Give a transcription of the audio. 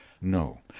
No